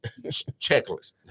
checklist